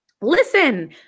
listen